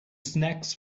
snacks